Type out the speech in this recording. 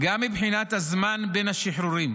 גם מבחינת הזמן בין השחרורים.